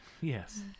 Yes